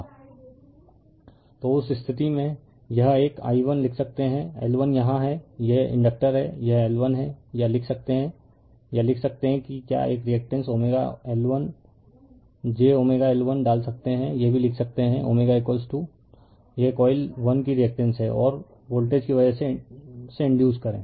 refer slide time 2205 तो उस स्थिति में यह एक i1 लिख सकते है L1 यहाँ हैं यह इंडकटर है यह L1 है या लिख सकते है या लिख सकते है कि क्या एक रीएक्टेंस L1j L1 डाल सकते है यह भी लिख सकते है यह कॉइल 1 की रीएक्टेंस है और वोल्टेज की वजह से इंडयुस करें